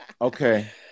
Okay